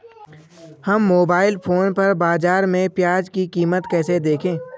हम mobile phone पर बाज़ार में प्याज़ की कीमत कैसे देखें?